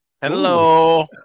Hello